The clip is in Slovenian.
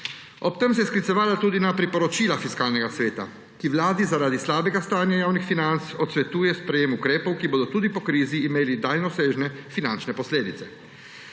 Ob tem se je sklicevala tudi na priporočila Fiskalnega sveta, ki vladi zaradi slabega stanja javnih financ odsvetuje sprejetje ukrepov, ki bodo tudi po krizi imeli daljnosežne finančne posledice.